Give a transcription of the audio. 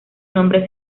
nombre